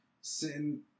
sitting